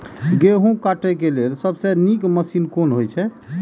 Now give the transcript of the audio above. गेहूँ काटय के लेल सबसे नीक मशीन कोन हय?